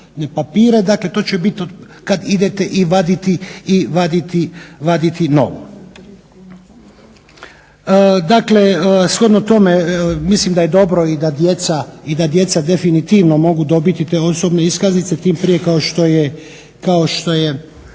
Dakle, to će biti kad idete i vaditi novu. Dakle, shodno tome mislim da je dobro i da djeca definitivno mogu dobiti te osobne iskaznice tim prije kao što je